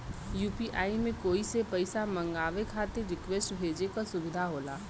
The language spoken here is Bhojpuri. यू.पी.आई में कोई से पइसा मंगवाये खातिर रिक्वेस्ट भेजे क सुविधा होला